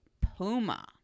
Puma